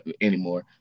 anymore